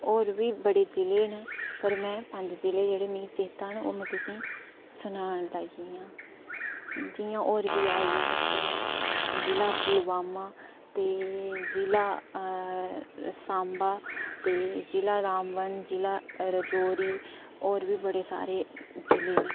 होर बी बड़े जि'ले न पर में पंज जि'ले जेह्ड़े मीं चेता न ओह् तु'सेंई सनान लगी आं जि'यां होर बी आई आ इक जिला पुलवामा ते जिला अऽ सांबा ते जिला रामबन जिला रजौरी होर बी बड़े सारे न जि'ले न